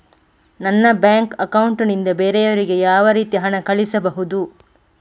ನನ್ನ bank account ನಿಂದ ಬೇರೆಯವರಿಗೆ ಯಾವ ರೀತಿ ಹಣ ಕಳಿಸಬಹುದು?